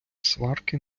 сварки